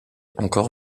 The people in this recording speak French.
encore